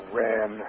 ran